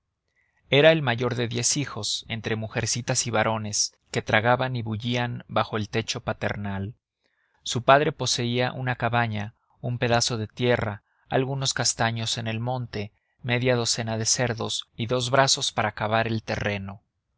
era el mayor de diez hijos entre mujercitas y varones que tragaban y bullían bajo el techo paternal su padre poseía una cabaña un pedazo de tierra algunos castaños en el monte media docena de cerdos y dos brazos para cavar el terreno